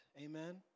Amen